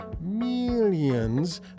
millions